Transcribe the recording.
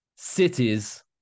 cities